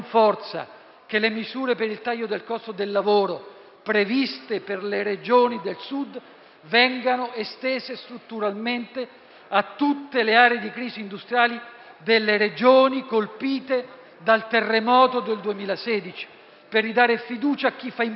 che le misure per il taglio del costo del lavoro, previste per le Regioni del Sud, vengano estese strutturalmente a tutte le aree di crisi industriale delle Regioni colpite dal terremoto del 2016, per ridare fiducia a chi fa impresa,